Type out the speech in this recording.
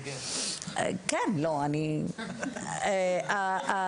אני כן חושבת